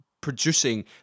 producing